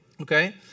Okay